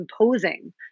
imposing